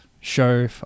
show